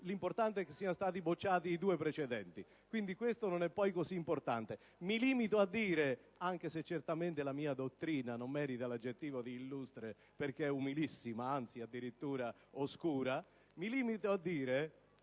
L'importante è che siano stati bocciati i due precedenti. Quindi non è poi così importante. Mi limito a dire, anche se certamente la mia dottrina non merita l'aggettivo di illustre perché è umilissima, anzi addirittura oscura, che non vedo